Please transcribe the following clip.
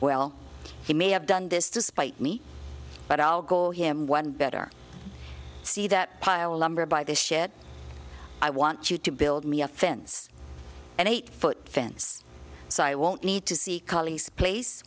well he may have done this to spite me but i'll go him one better see that pile of lumber by this shit i want you to build me a fence an eight foot fence so i won't need to see collies place